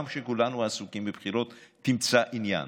גם כשכולנו עסוקים בבחירות תמצא עניין,